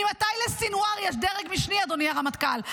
ממתי לסנוואר יש דרג משני, אדוני הרמטכ"ל?